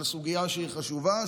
על הסוגיה שהיא חשובה,